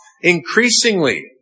increasingly